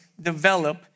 develop